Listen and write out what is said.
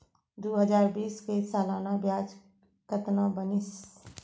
दू हजार बीस के सालाना ब्याज कतना बनिस?